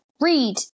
read